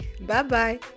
Bye-bye